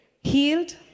healed